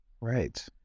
Right